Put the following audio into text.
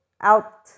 out